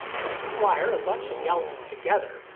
and you can wire a bunch of the elements together,